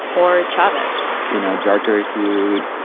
or chavez you know, a darker-hued,